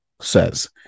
says